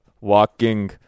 walking